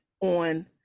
on